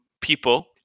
people